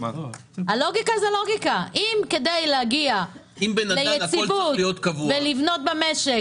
אם כדי להגיע ליציבות ולבנות במשק,